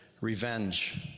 Revenge